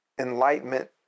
enlightenment